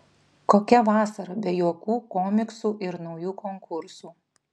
kokia vasara be juokų komiksų ir naujų konkursų